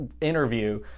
interview